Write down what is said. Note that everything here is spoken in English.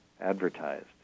advertised